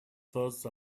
thought